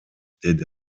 деди